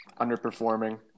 Underperforming